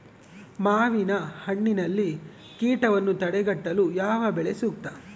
ಮಾವಿನಹಣ್ಣಿನಲ್ಲಿ ಕೇಟವನ್ನು ತಡೆಗಟ್ಟಲು ಯಾವ ಬಲೆ ಸೂಕ್ತ?